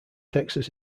texas